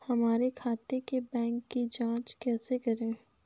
हमारे खाते के बैंक की जाँच कैसे करें?